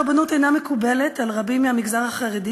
הרבנות אינה מקובלת על רבים מהמגזר החרדי,